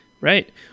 right